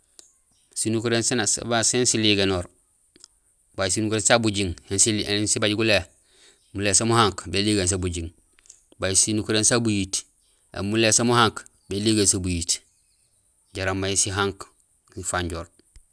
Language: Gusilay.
Sinukuréén sin ligénoor. Babaj sinukuréén sa bujiiŋ, éni sibaaj gulé, mulé so muhank béligéén so bujiiŋ. Babaj sinukuréén sa buyiit, éni mulé so muhank béligéén so buyiit jaraam may sihank sifanjoor.